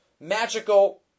Magical